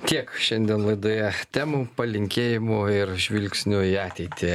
tiek šiandien laidoje temų palinkėjimų ir žvilgsnių į ateitį